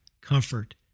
comfort